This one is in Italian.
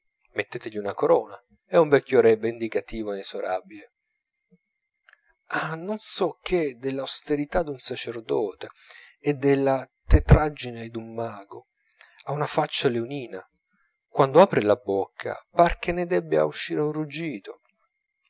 mettetegli una corona è un vecchio re vendicativo e inesorabile ha non so che dell'austerità d'un sacerdote e della tetraggine d'un mago ha una faccia leonina quando apre la bocca par che ne debba uscire un ruggito